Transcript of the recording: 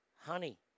honey